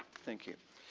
thank you.